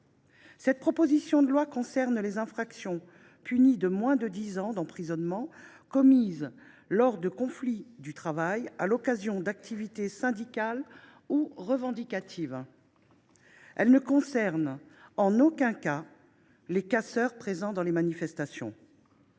présente proposition de loi concerne les infractions punies de moins de dix ans d’emprisonnement commises lors de conflits du travail, à l’occasion d’activités syndicales ou revendicatives. Elle ne concerne en aucun cas les casseurs présents dans les manifestations.